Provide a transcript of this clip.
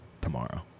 tomorrow